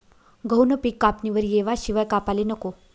गहूनं पिक कापणीवर येवाशिवाय कापाले नको